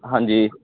ਹਾਂਜੀ